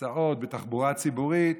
הסעות ותחבורה ציבורית.